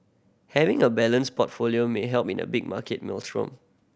having a balanced portfolio may help in a big market maelstrom